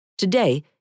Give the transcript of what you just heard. Today